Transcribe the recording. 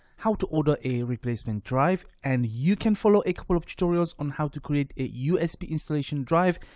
how to order a replacement drive, and you can follow a couple of tutorials on how to create a usb installation drive,